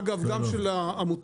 אגב גם של העמותות,